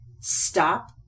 stop